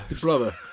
Brother